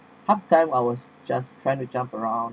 half time I was just trying to jump around